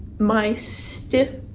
my stiff,